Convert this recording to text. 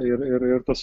ir ir ir tas